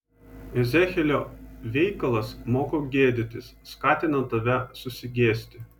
ezechielio veikalas moko gėdytis skatina tave susigėsti